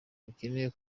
rukeneye